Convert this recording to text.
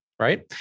right